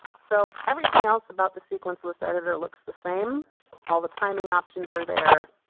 so everything else about the sequence list editor looks the same all the timing options are there,